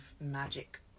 magic